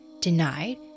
denied